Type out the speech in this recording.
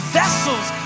vessels